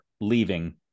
leaving